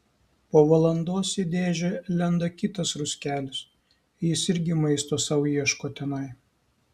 po valandos į dėžę lenda kitas ruskelis jis irgi maisto sau ieško tenai